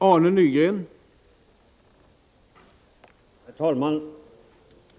Herr talman!